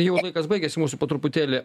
jau laikas baigiasi mūsų po truputėlį